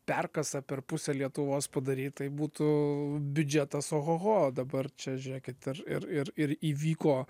perkasą per pusę lietuvos padaryt būtų biudžetas oho ho dabar čia žiūrėkit ir ir ir ir įvyko